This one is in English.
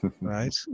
right